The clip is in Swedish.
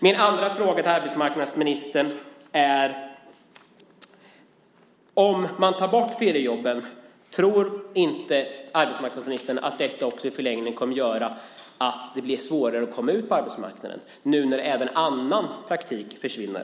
Min andra fråga till arbetsmarknadsministern är: Om man tar bort feriejobben, tror inte arbetsmarknadsministern att detta också i förlängningen kommer att göra att det blir svårare att komma ut på arbetsmarknaden nu när även annan praktik försvinner?